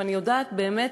ואני יודעת באמת,